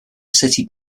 city